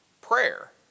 prayer